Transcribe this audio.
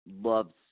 loves